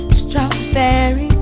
strawberry